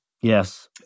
Yes